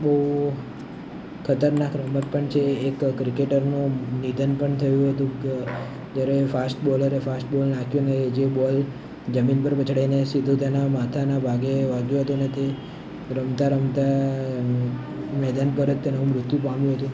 બહુ ખતરનાક રમત પણ છે એક ક્રિકેટરનું નિધન પણ થયું હતું કે જ્યારે ફાસ્ટ બોલરે ફાસ્ટ બોલ નાખ્યો ને એ જે બોલ જમીન પર પછડાઈને સીધો તેના માથાના ભાગે વાગ્યો હતો ને તે રમતા રમતા મેદાન પર જ તેનું મૃત્યુ પામ્યું હતું